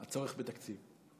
הצורך בתקציב.